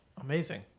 amazing